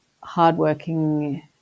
hardworking